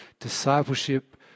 Discipleship